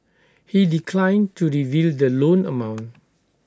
he declined to reveal the loan amount